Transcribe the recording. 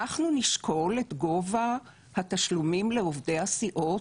אנחנו נשקול את גובה התשלומים לעובדי הסיעות